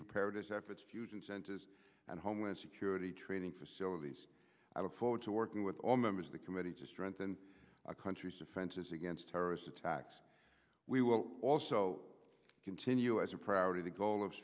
preparedness efforts fusion centers and homeland security training facilities i look forward to working with all members of the committee to strengthen our country's defenses against terrorist attacks we will also continue as a priority the goal of